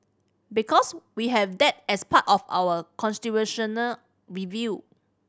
because we have that as part of our constitutional review